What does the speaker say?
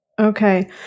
Okay